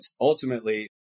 ultimately